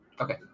Okay